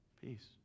Peace